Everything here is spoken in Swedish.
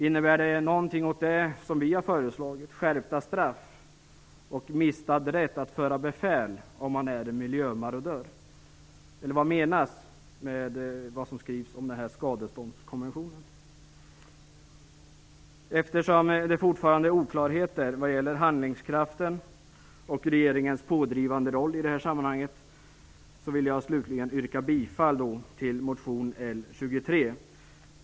Innebär det något av det som vi har föreslagit - skärpta straff och mistad rätt att föra befäl om man är miljömarodör? Eller vad menas med det som skrivs om skadeståndskonventionen? Eftersom det fortfarande råder oklarhet när det gäller handlingskraften och regeringens pådrivande roll i sammanhanget vill jag slutligen yrka bifall till motion L23.